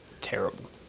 terrible